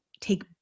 take